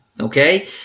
Okay